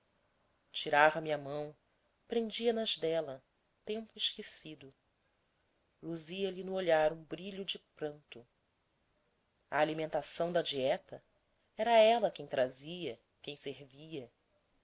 tirava me a mão prendia nas dela tempo esquecido luzia lhe no olhar um brilho de pranto a alimentação da dieta era ela quem trazia quem servia